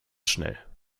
schnell